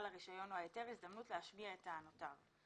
הרישיון או ההיתר הזדמנות להשמיע את טענותיו.